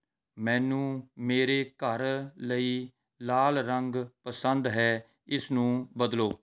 ਮੈਨੂੰ ਮੇਰੇ ਘਰ ਲਈ ਲਾਲ ਰੰਗ ਪਸੰਦ ਹੈ ਇਸਨੂੰ ਬਦਲੋ